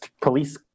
police